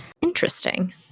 Interesting